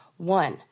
One